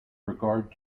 regard